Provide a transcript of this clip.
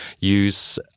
use